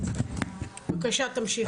בבקשה, תמשיך.